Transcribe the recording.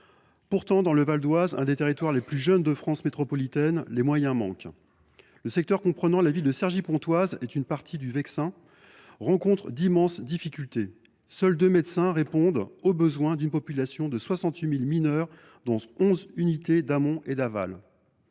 Pourtant, dans le Val d’Oise, l’un des territoires les plus jeunes de France métropolitaine, les moyens manquent. Le secteur comprenant la ville de Cergy Pontoise et une partie du Vexin rencontre d’immenses difficultés. Seuls deux médecins répondent aux besoins d’une population de 68 000 mineurs dans onze unités d’amont et d’aval.